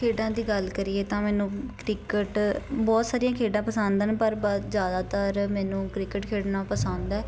ਖੇਡਾਂ ਦੀ ਗੱਲ ਕਰੀਏ ਤਾਂ ਮੈਨੂੰ ਕ੍ਰਿਕਟ ਬਹੁਤ ਸਾਰੀਆਂ ਖੇਡਾਂ ਪਸੰਦ ਹਨ ਪਰ ਬ ਜ਼ਿਆਦਾਤਰ ਮੈਨੂੰ ਕ੍ਰਿਕਟ ਖੇਡਣਾ ਪਸੰਦ ਹੈ